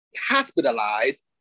hospitalized